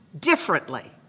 differently